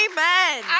Amen